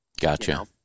Gotcha